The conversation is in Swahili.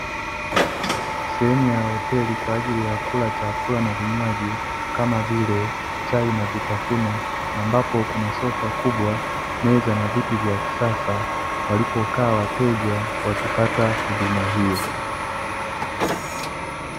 Sehemu ya hoteli kwa ajili ya kula chakula na vinywaji, kama vile chai na vitafunwa, ambapo kuna sofa kubwa, meza na viti vya kisasa walipokaa wateja wakipata huduma hiyo.